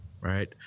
right